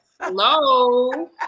Hello